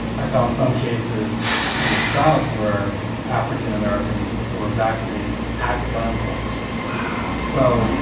i found some cases in the south where african americans were vaccinated at gunpoint wow so.